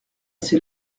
ses